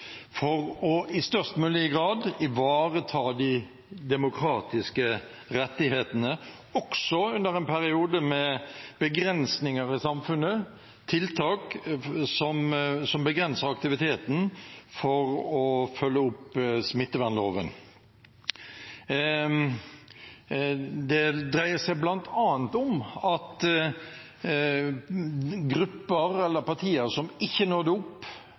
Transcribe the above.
er for i størst mulig grad å ivareta de demokratiske rettighetene også under en periode med begrensninger i samfunnet, tiltak som begrenser aktiviteten for å følge opp smittevernloven. Det dreier seg bl.a. om at grupper eller partier som ikke nådde høyt nok opp